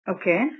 Okay